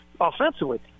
offensively